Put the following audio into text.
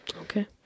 Okay